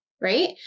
right